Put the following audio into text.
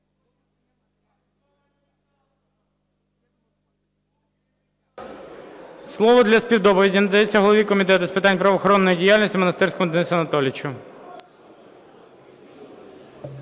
Слово для співдоповіді надається голові Комітету з питань правоохоронної діяльності Монастирському Денису Анатолійовичу.